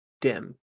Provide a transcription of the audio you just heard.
dim